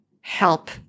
help